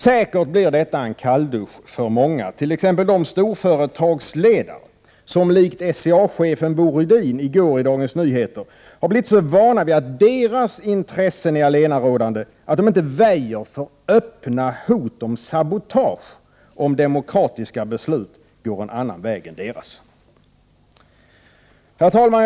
Säkert blir detta en kalldusch för många, t.ex. för de storföretagsledare som — likt SCA-chefen Bo Rydin i går i Dagens Nyheter — har blivit så vana vid att deras intressen är allenarådande att de inte väjer för öppna hot om sabotage om demokratiska beslut går en annan väg än deras. Herr talman!